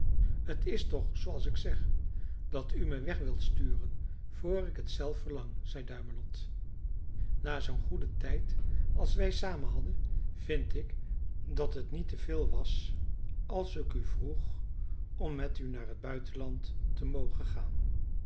het is toch zooals ik zeg dat u me weg wilt sturen voor ik het zelf verlang zei duimelot na zoo'n goeden tijd als wij samen hadden vind ik dat het niet te veel was als ik u vroeg om met u naar het buitenland te mogen gaan